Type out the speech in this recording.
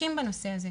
שעוסקים בנושא הזה.